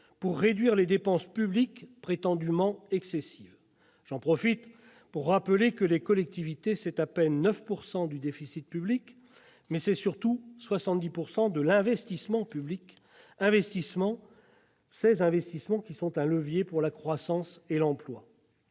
pour réduire des dépenses publiques prétendument excessives. J'en profite pour rappeler que les collectivités représentent à peine 9 % du déficit public, mais, surtout, 70 % de l'investissement public. Or cet investissement est évidemment un levier pour la croissance et l'emploi.